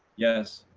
yes.